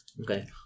Okay